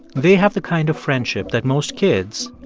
they have the kind of friendship that most kids,